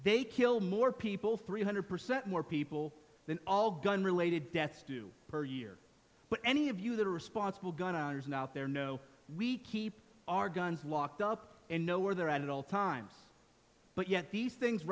they kill more people three hundred percent more people than all gun related deaths do per year but any of you that are responsible gun owners out there know we keep our guns locked up and know where they're at at all times but yet these things